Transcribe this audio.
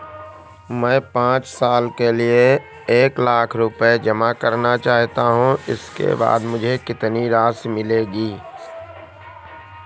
मैं पाँच साल के लिए एक लाख रूपए जमा करना चाहता हूँ इसके बाद मुझे कितनी राशि मिलेगी?